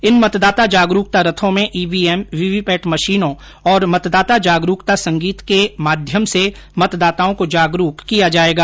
इन मतदाता जागरूकता रथो में ईवीएम वीवीपैट मशीनों और मतदाता जागरूकता संगीत के माध्यम से मतदाताओं को जागरूक किया जायेगा